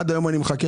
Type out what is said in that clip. עד היום אני מחכה.